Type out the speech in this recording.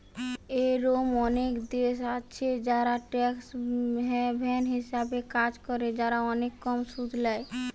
এরোম অনেক দেশ আছে যারা ট্যাক্স হ্যাভেন হিসাবে কাজ করে, যারা অনেক কম সুদ ল্যায়